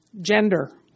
gender